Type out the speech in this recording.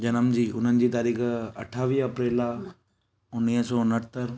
जनम जी उन्हनि जी तारीख़ अठावीह अप्रैल आहे उणिवीह सौ उणहतरि